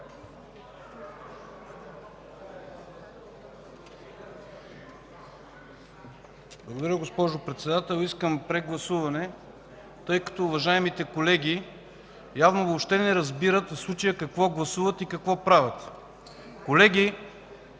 Благодаря, госпожо Председател. Искам прегласуване, тъй като уважаемите колеги явно въобще не разбират в случая какво гласуват и какво правят. Колеги,